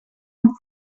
amb